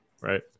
right